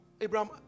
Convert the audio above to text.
Abraham